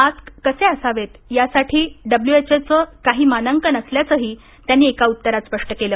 mask कसे असावेत यासाठी डब्लुएचओच कांही मानांकन असल्याचंही त्यांनी एका उत्तरात स्पष्ट केल